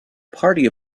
party